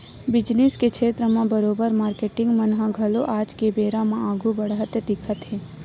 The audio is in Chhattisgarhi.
बिजनेस के छेत्र म बरोबर मारकेटिंग मन ह घलो आज के बेरा म आघु बड़हत दिखत हे